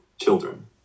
children